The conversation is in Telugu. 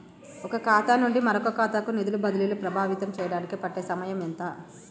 ఒక ఖాతా నుండి మరొక ఖాతా కు నిధులు బదిలీలు ప్రభావితం చేయటానికి పట్టే సమయం ఎంత?